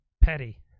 petty